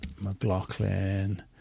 McLaughlin